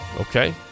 Okay